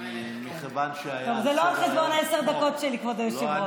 זה לא על חשבון עשר הדקות שלי, כבוד היושב-ראש.